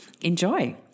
Enjoy